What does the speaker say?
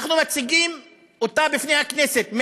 אנחנו מציגים אותה בפני הכנסת,